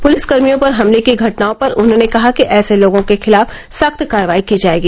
पुलिसकर्मियों पर हमले की घटनाओं पर उन्होंने कहा कि ऐसे लोगों के खिलाफ सख्त कार्रवाई की जाएगी